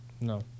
No